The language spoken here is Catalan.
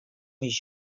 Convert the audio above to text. més